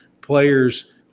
players